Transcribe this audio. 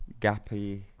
Gappy